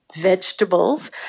vegetables